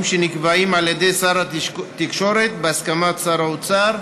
שנקבעים על ידי שר התקשורת בהסכמת שר האוצר.